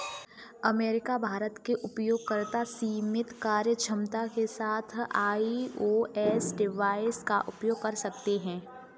America, Bharat के उपयोगकर्ता सीमित कार्यक्षमता के साथ आई.ओ.एस डिवाइस का उपयोग कर सकते हैं